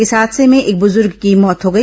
इस हादसे में एक बुजुर्ग की मौत हो गई